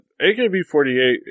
AKB48